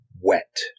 wet